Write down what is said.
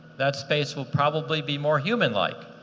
that space will probably be more human-like,